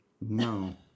No